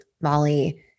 Molly